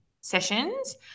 sessions